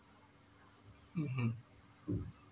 mmhmm